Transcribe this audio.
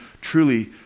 truly